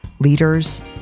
leaders